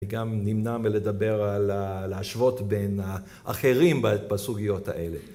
גם נמנע מלדבר על ה... להשוות בין אחרים בסוגיות האלה.